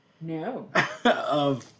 No